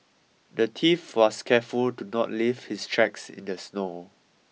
the thief was careful to not leave his tracks in the snow